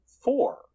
four